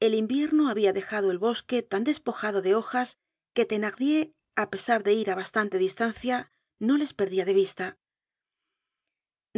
el invierno habia dejado el bosque tan despojado de hojas que thenardier á pesar de ir á bastante distancia no les perdia de vista